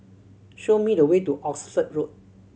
show me the way to Oxford Road